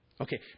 Okay